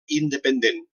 independent